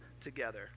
together